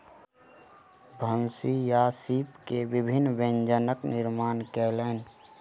भनसिया सीप के विभिन्न व्यंजनक निर्माण कयलैन